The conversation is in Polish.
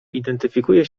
identyfikuje